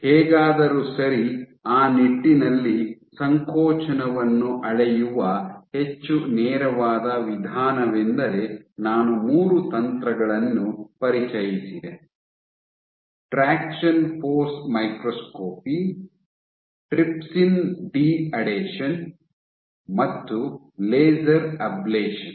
ಹೇಗಾದರೂ ಸರಿ ಆ ನಿಟ್ಟಿನಲ್ಲಿ ಸಂಕೋಚನವನ್ನು ಅಳೆಯುವ ಹೆಚ್ಚು ನೇರವಾದ ವಿಧಾನವೆಂದರೆ ನಾನು ಮೂರು ತಂತ್ರಗಳನ್ನು ಪರಿಚಯಿಸಿದೆ traction force microscopy trypsin deadhesion ಮತ್ತು ಲೇಸರ್ ಅಬ್ಲೇಶನ್